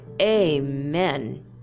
amen